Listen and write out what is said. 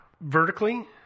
Vertically